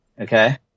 Okay